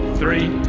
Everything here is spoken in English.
three,